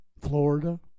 Florida